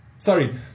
Sorry